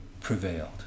prevailed